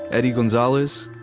eddie gonzalez,